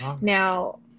Now